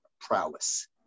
prowess